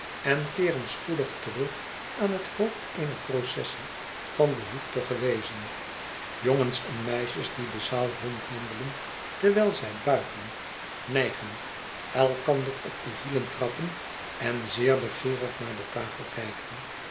en keeren spoedig terug aan het hoofd eener processie van behoeftige weezen jongens en meisjes die de zaal rondwandelen terwijl zij buigen nijgen elkander opdehielen trappen en zeer begeerig naar de tafel kijken